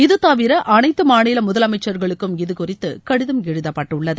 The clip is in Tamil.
இது தவிர அனைத்து மாநில முதலமைச்சர்களுக்கும் இதுகுறித்து கடிதம் எழுதப்பட்டுள்ளது